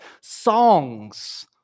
songs